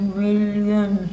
million